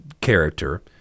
Character